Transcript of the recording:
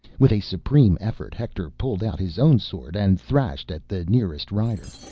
with a supreme effort. hector pulled out his own sword and thrashed at the nearest rider.